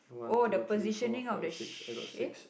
oh the positioning of the sh~ eh